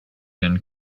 yan